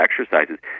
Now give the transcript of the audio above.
exercises